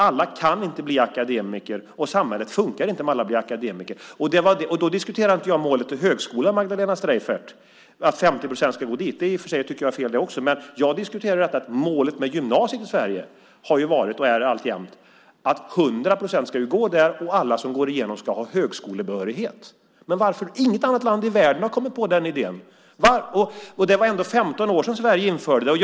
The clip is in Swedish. Alla kan inte bli akademiker, och samhället fungerar inte om alla blir akademiker. Då diskuterar inte jag målet att 50 % ska gå till högskolan, Magdalena Streijffert - det tycker jag i och för sig också är fel - utan jag diskuterar att målet med gymnasiet i Sverige ju har varit och alltjämt är att 100 % ska gå där och att alla som går ut ska ha högskolebehörighet. Inget annat land i världen har kommit på den idén. Det var ändå 15 år sedan Sverige införde detta.